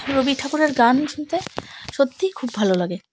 রবি ঠাকুরের গান শুনতে সত্যিই খুব ভালো লাগে